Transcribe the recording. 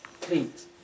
please